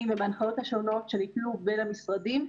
ובהנחיות השונות שניתנו בין המשרדים.